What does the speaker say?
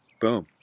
Boom